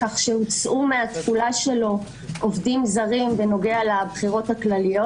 כך שהוצאו מהתחולה שלו עובדים זרים בנוגע לבחירות הכלליות.